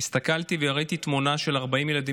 הסתכלתי וראיתי תמונה של 40 ילדים